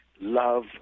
love